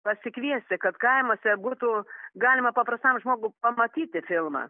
pasikviesti kad kaimuose būtų galima paprastam žmogui pamatyti filmą